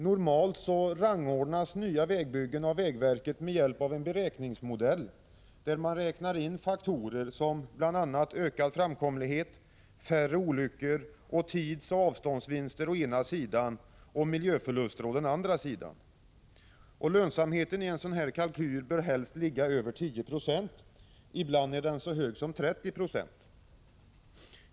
Normalt rangordnas nya vägbyggen av vägverket med hjälp av en beräkningsmodell där man räknar in faktorer som bl.a. ökad framkomlighet, färre olyckor och tidsoch avståndsvinster å ena sidan och miljöförluster å andra sidan. Lönsamheten bör helst ligga över 10 96, ibland är den så hög som 30 96.